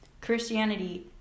Christianity